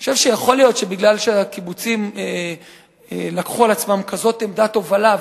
אני חושב שיכול להיות שבגלל שהקיבוצים לקחו על עצמם כזאת עמדת הובלה,